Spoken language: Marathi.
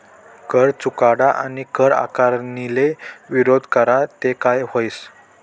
कर चुकाडा आणि कर आकारणीले विरोध करा ते काय व्हस